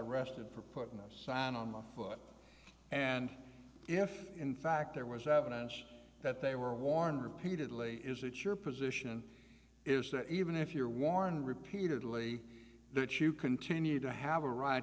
arrested for putting a sign on my foot and if in fact there was evidence that they were warned repeatedly is it your position is that even if you're warned repeatedly that you continue to have a right